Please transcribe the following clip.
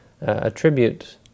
attribute